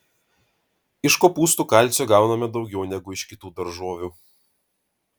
iš kopūstų kalcio gauname daugiau negu iš kitų daržovių